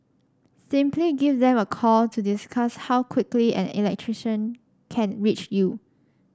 simply give them a call to discuss how quickly an electrician can reach you